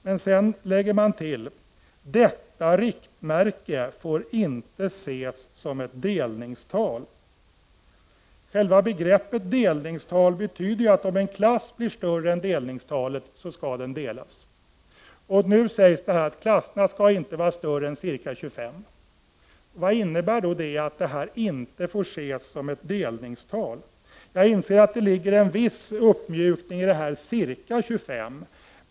Men sedan skriver utskottets majoritet: ”Detta riktmärke får inte ses som ett delningstal.” Själva begreppet delningstal betyder att om en klass blir större än delningstalet skall den delas. Nu sägs det att klasserna inte skall ha fler elever än ca 25. Vad innebär det att detta inte får ses som ett delningstal? Jag inser att det ligger en viss uppmjukning i ”ca 25”.